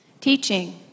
teaching